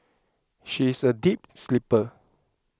she is a deep sleeper